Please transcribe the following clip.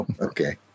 okay